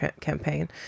campaign